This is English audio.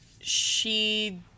she-